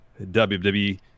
wwe